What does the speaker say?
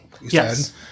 yes